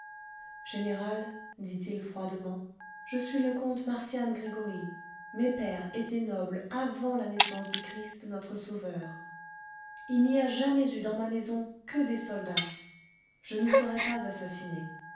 général dit-il froidement je suis le comte marcian gregoryi mes pères étaient nobles avant la naissance du christ notre sauveur il n'y a jamais eu dans ma maison que des soldats je ne saurais pas assassiner